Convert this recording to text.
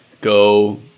go